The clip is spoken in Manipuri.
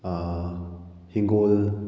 ꯍꯤꯡꯒꯣꯜ